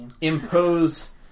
impose